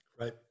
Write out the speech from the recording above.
Right